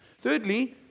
Thirdly